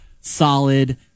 Solid